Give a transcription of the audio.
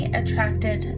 attracted